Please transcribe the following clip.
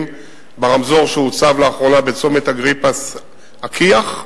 ברמזור שהוצב לאחרונה בצומת אגריפס הכי"ח.